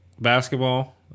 basketball